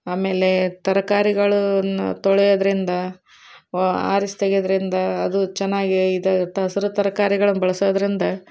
ಆಮೇಲೆ ತರಕಾರಿಗಳನ್ನು ತೊಳೆಯೋದರಿಂದ ಆರಿಸಿ ತೆಗೆಯೋದರಿಂದ ಅದು ಚೆನ್ನಾಗೇ ಇದು ತ ಹಸ್ರ್ ತರ್ಕಾರಿಗಳನ್ನ ಬಳ್ಸೋದರಿಂದ